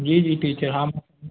जी जी टीचर हा मां